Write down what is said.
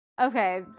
Okay